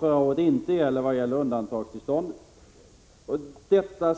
förra året beträffande undantagstillståndet inte gäller.